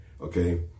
okay